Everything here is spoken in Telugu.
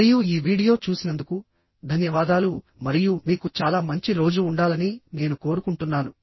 మరియు ఈ వీడియో చూసినందుకు ధన్యవాదాలు మరియు మీకు చాలా మంచి రోజు ఉండాలని నేను కోరుకుంటున్నాను